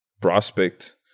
prospect